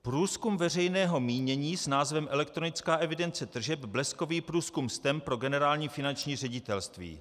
Průzkum veřejného mínění s názvem Elektronická evidence tržeb, bleskový průzkum STEM pro Generální finanční ředitelství.